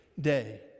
day